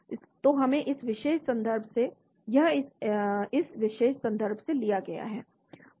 इसलिए इसे इस विशेष संदर्भ से लिया गया है